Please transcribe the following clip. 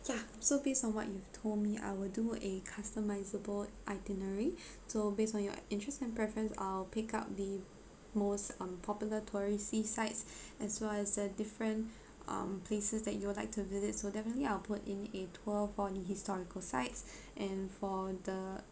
ya so based on what you've told me I will do a customisable itinerary so based on your interests and preference I'll pick up the most um popular tourists see sight as well as uh different um places that you would like to visit so definitely I'll put in a tour for the historical sites and for the